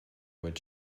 would